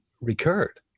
recurred